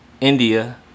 India